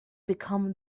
become